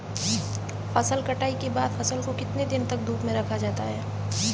फसल कटाई के बाद फ़सल को कितने दिन तक धूप में रखा जाता है?